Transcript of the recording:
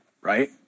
right